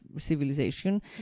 civilization